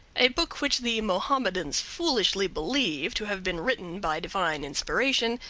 a book which the mohammedans foolishly believe to have been written by divine inspiration,